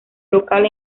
local